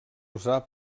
usar